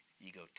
Ego